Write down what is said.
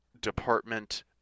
department